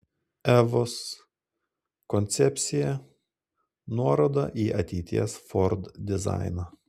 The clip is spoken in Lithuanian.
evos koncepcija nuoroda į ateities ford dizainą